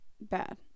Bad